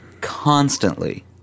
constantly